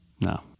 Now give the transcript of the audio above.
no